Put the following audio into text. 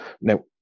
Now